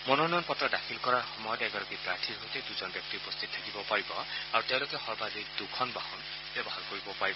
মনোনয়ন পত্ৰ দাখিল কৰাৰ সময়ত এগৰাকী প্ৰাৰ্থীৰ সৈতে দূজন ব্যক্তি উপস্থিত থাকিব পাৰিব আৰু তেওঁলোকে সৰ্বাধিক দুখন বাহন ব্যৱহাৰ কৰিব পাৰিব